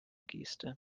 geste